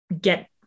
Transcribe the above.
get